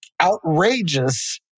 outrageous